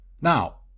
Now